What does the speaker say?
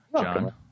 John